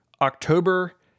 October